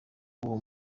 uwo